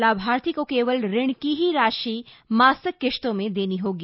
लाभार्थी को केवल ऋण की ही राशि मासिक किस्तों में देनी होगी